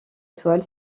toile